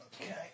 Okay